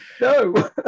No